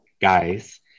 guys